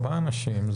ארבעה אנשים,